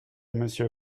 monsieur